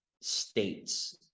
states